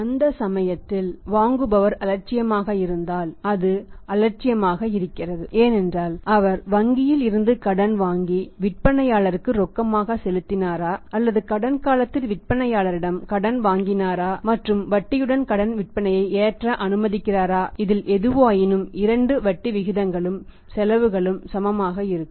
அந்த சமயத்தில் வாங்குபவர் அலட்சியமாக இருந்தால் அது அலட்சியமாக இருக்கிறது ஏனென்றால் அவர் வங்கியில் இருந்து கடன் வாங்கி விற்பனையாளருக்கு ரொக்கமாக செலுத்தினாரா அல்லது கடன் காலத்தில் விற்பனையாளரிடமிருந்து கடன் வாங்கினாரா மற்றும் வட்டியுடன் கடன் விற்பனையை ஏற்ற அனுமதிக்கிறாரா இதில் எதுவாயினும் இரண்டு வட்டி விகிதங்களும் செலவுகளும் சமமாக இருக்கும்